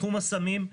תחום הסמים.